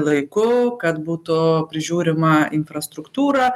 laiku kad būtų prižiūrima infrastruktūra